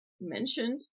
mentioned